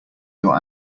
your